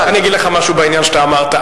אני אגיד לך משהו בעניין שאתה אמרת.